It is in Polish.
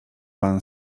pan